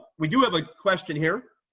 we do have a question here,